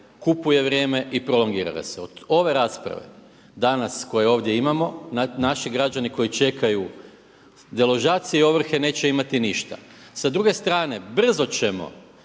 kupuje vrijeme i prolongira ga se. Od ove rasprave danas koju ovdje imamo naši građani koji čekaju deložaciju ovrhe neće imati ništa. Sa druge strane, brzo ćemo